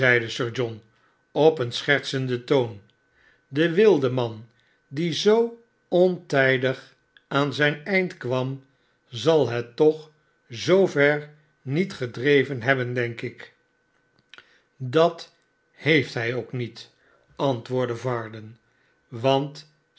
john op een schertsenden toon de wildeman die zoo ontijdig aan zijn eind kwam zal het toch zoover niet gedreven hebben denk ik dat heeft hij ook niet antwoordde varden want